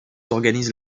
organisent